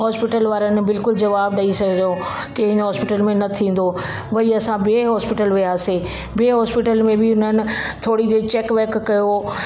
hospital वारनि बिलकुलु जवाब ॾई छॾियो की हिन हॉस्पिटल में न थींदो वरी असां ॿिए हॉस्पिटल में वियासीं ॿिए हॉस्पिटल में बि हुननि थोरी देरि चेक वेक कयो